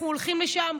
אנחנו הולכים לשם.